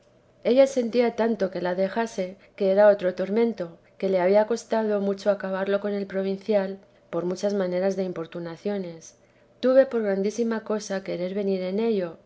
ella sentía tanto que la dejase que era otro tormento que le había costado mucho acabarlo con el provincial por muchas maneras de importunaciones tuve por grandísima cosa querer venir en ello